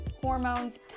hormones